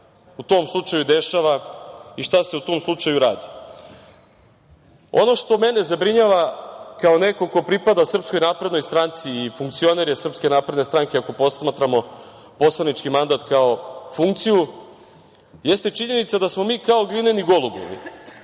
u tom slučaju dešava i šta se u tom slučaju radi. Ono što mene zabrinjava kao neko ko pripada Srpskoj naprednoj stranci i funkcioner je Srpske napredne stranke, ako posmatramo poslanički mandat kao funkciju, jeste činjenica da smo mi kao glineni golubovi,